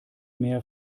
mehr